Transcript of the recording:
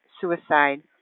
suicide